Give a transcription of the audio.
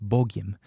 Bogiem